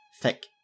Thick